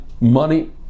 money